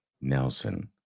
Nelson